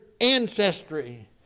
ancestry